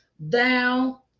Thou